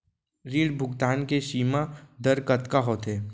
ऋण भुगतान के सीमा दर कतका होथे?